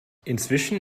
inzwischen